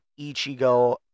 Ichigo